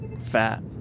Fat